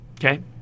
Okay